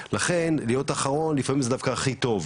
לכן להיות אחרון זה לפעמים הדבר הכי טוב,